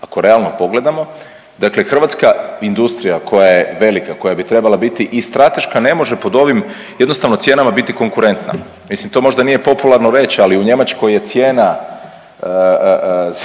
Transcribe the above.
ako realno pogledamo dakle hrvatska industrija koja je velika, koja bi trebala biti i strateška, ne može pod ovim jednostavno cijenama biti konkurentna, mislim to možda nije popularno reć, ali u Njemačkoj je cijena